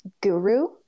Guru